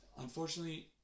Unfortunately